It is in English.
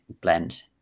blend